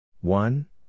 one